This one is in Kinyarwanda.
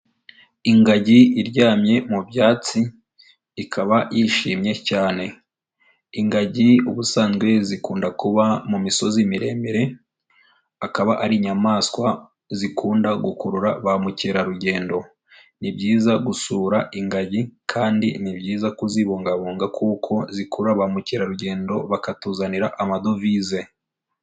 Ingagi iryamye mu byatsi ikaba yishimye cyane, ingagi ubusanzwe zikunda kuba mu misozi miremire akaba ari inyamaswa zikunda gukurura ba mukerarugendo, ni byiza gusura ingagi kandi ni byiza kuzibungabunga kuko zikurura ba mukerarugendo bakatuzanira amadovize.